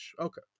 Okay